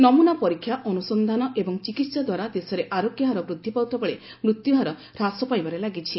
ନମ୍ନନା ପରୀକ୍ଷା ଅନୁସନ୍ଧାନ ଏବଂ ଚିକିତ୍ସା ଦ୍ୱାରା ଦେଶରେ ଆରୋଗ୍ୟହର ବୃଦ୍ଧି ପାଉଥିବାବେଳେ ମୃତ୍ୟୁହାର ହ୍ରାସ ପାଇବାରେ ଲାଗିଛି